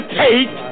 take